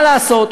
מה לעשות,